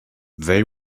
they